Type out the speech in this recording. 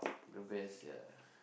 the best ya